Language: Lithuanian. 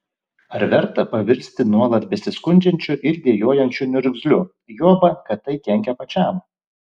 ar verta pavirsti nuolat besiskundžiančiu ir dejuojančiu niurgzliu juoba kad tai kenkia pačiam